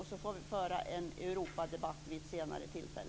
Sedan får vi föra en Europadebatt vid ett senare tillfälle.